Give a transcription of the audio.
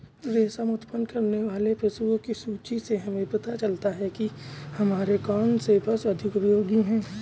रेशम उत्पन्न करने वाले पशुओं की सूची से हमें पता चलता है कि हमारे लिए कौन से पशु अधिक उपयोगी हैं